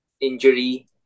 injury